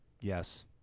Yes